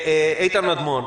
איתן מדמון,